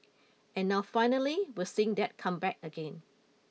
and now finally we're seeing that come back again